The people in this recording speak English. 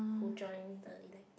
who join the elective